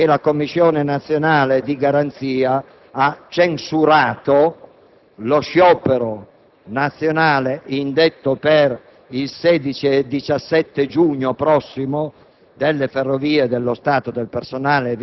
sua decisione. La Commissione nazionale di garanzia ha censurato lo sciopero nazionale, indetto per il 16 e il 17 giugno prossimi,